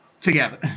together